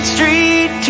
Street